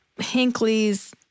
Hinkley's